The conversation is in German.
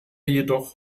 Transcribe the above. jedoch